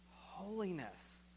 holiness